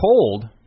Cold